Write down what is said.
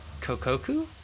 Kokoku